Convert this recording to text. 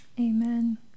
Amen